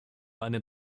einen